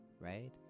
right